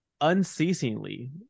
unceasingly